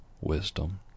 wisdom